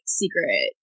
secret